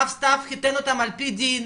רב סתיו חיתן אותם על פי דין,